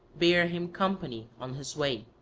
bare him company on his way.